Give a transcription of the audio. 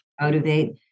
Motivate